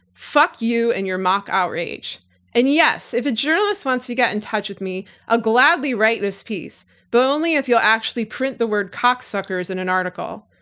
fuck you and your mock outrage and yes if a journalist once you get in touch with me i'll ah gladly write this piece but only if you'll actually print the word cocksuckers in an article.